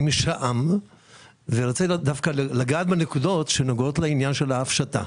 אני רוצה לגעת דווקא בנקודות שנוגעות לעניין של ההפשטה.